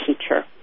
teacher